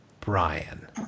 Brian